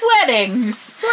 weddings